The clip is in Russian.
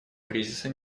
кризиса